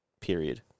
period